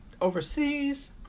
overseas